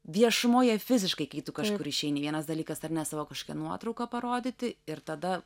viešumoje fiziškai kai tu kažkur išeini vienas dalykas ar ne savo kažką nuotrauką parodyti ir tada